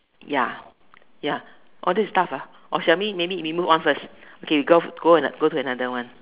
ya ya oh this is tough ah or shall we maybe move on first okay we go we go to another one